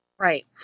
Right